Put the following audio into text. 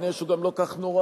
כנראה הוא גם לא כל כך נורא,